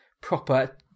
proper